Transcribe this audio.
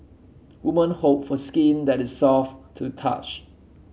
woman hope for skin that is soft to touch